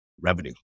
revenue